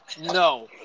no